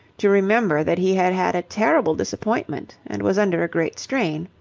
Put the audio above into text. to remember that he had had a terrible disappointment and was under a great strain.